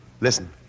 Listen